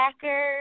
Packers